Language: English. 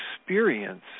experience